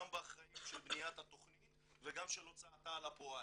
גם אחראים של בניית התכנית וגם של הוצאתה לפועל.